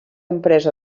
empresa